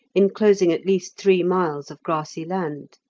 enclosing at least three miles of grassy land.